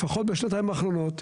לפחות בשנתיים האחרונות.